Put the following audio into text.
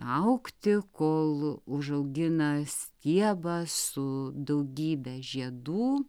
augti kol užaugina stiebą su daugybe žiedų